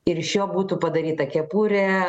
ir iš jo būtų padaryta kepurė